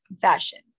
fashion